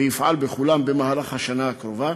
ותפעל בכולן במהלך השנה הקרובה,